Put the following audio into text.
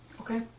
Okay